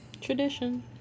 Tradition